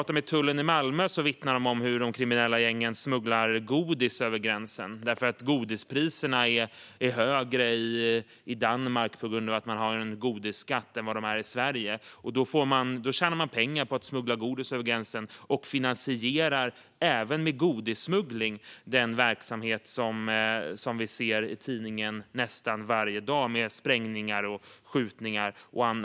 Tullen i Malmö vittnar om hur de kriminella gängen smugglar godis över gränsen, därför att godispriserna på grund av godisskatten är högre i Danmark än vad de är i Sverige. De tjänar därmed pengar på att smuggla godis över gränsen och finansierar även med godissmuggling den verksamhet med sprängningar, skjutningar och annat som vi kan läsa om i tidningarna nästan varje dag.